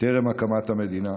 טרם הקמת המדינה,